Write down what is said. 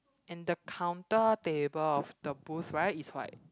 and the counter table of the booth right is white